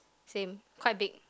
same quite big